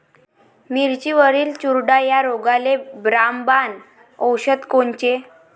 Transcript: मिरचीवरील चुरडा या रोगाले रामबाण औषध कोनचे?